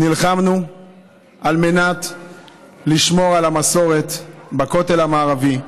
נלחמנו על מנת לשמור על המסורת בכותל המערבי,